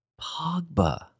Pogba